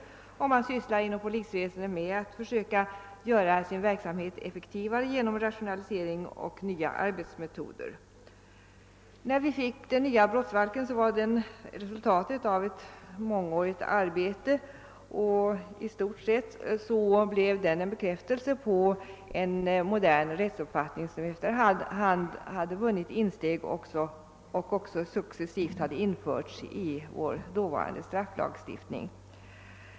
Inom «polisväsendet sysslar man också själv med att söka göra sin verksamhet mera effektiv genom rationalisering och nya arbetsmetoder. Den nya brottsbalken var resultatet av ett mångårigt arbete. I stort sett blev den en bekräftelse på en modern rättsuppfattning som efter hand hade vunnit insteg och även hade kommit att föranleda ändringar i vår dåvarande strafflag.